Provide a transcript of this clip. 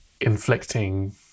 inflicting